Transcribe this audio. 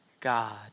God